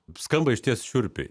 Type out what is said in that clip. skamba išties šiurpiai